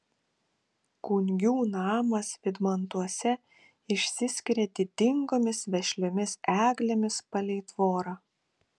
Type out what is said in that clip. kungių namas vydmantuose išsiskiria didingomis vešliomis eglėmis palei tvorą